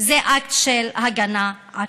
זה אקט של הגנה עצמית.